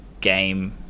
game